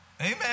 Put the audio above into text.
Amen